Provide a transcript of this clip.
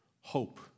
hope